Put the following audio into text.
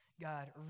God